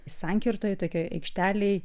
sankirtoj tokioj aikštelėj